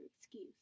excuse